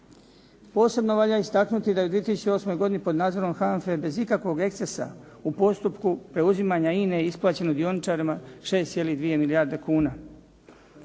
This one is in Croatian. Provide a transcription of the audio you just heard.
Posebno valja istaknuti da je u 2008. godini pod nadzorom HANFA-e bez ikakvog ekscesa u postupku preuzimanja INA-e isplaćeno dioničarima 6,2 milijarde kuna.